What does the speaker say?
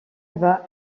bas